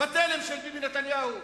בתלם של ביבי נתניהו,